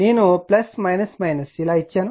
నేను ఇలా చెప్పాను